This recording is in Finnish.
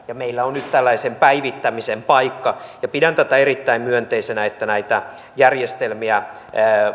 meillä on nyt tällaisen päivittämisen paikka pidän tätä erittäin myönteisenä että näitä järjestelmiä